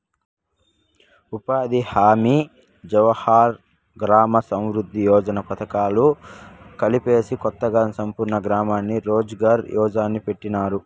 ఉపాధి హామీ జవహర్ గ్రామ సమృద్ది యోజన పథకాలు కలిపేసి కొత్తగా సంపూర్ణ గ్రామీణ రోజ్ ఘార్ యోజన్ని పెట్టినారు